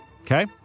Okay